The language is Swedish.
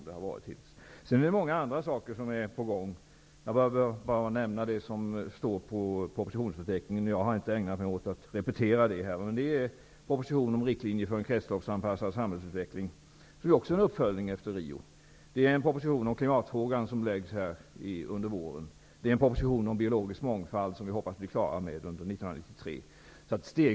Det finns många andra saker som är på gång. Jag behöver bara nämna det som står i propositionsförteckningen. Jag har inte tidigare ägnat mig åt att repetera innehållet. Där finns t.ex. en proposition om riktlinjer för en kretsloppsanpassad samhällsutveckling. Den propositionen utgör också en uppföljning av Riokonferensen. En proposition om åtgärder mot klimatpåverkan läggs fram under våren. Vi hoppas att vi skall bli klara med en proposition om biologisk mångfald under 1993.